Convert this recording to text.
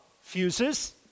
fuses